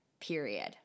period